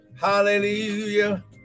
Hallelujah